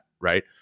right